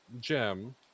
gem